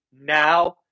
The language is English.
now